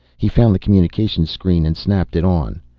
he found the communications screen and snapped it on.